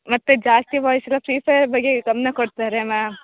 ಮತ್ತೆ ಜಾಸ್ತಿ ಬಾಯ್ಸ್ ಎಲ್ಲ ಪ್ರೀ ಫಯರ್ ಬಗ್ಗೆ ಗಮನ ಕೊಡ್ತಾರೆ ಮ್ಯಾಮ್